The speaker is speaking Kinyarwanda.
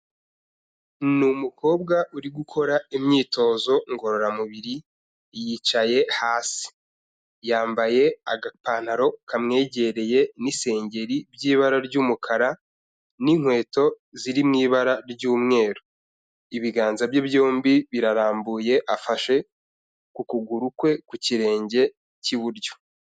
Ni umukobwa uri gukora imyitozo ngororamubiri yicaye hasi, yambaye agapantaro kamwegereye n'isengeri by'ibara ry'umukara n'inkweto ziri mu ibara ry'umweru, ibiganza bye byombi birarambuye afashe ukuguru kwe ku kirenge cy'iburyo.